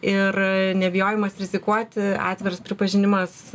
ir nebijojimas rizikuoti atviras pripažinimas